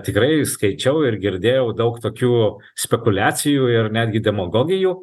tikrai skaičiau ir girdėjau daug tokių spekuliacijų ir netgi demagogijų